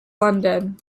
london